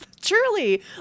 truly